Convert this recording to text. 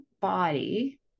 body